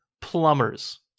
Plumbers